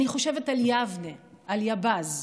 אני חושבת על יבנה, על יב"ז,